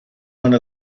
one